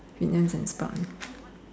opinions and spot ah